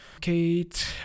Kate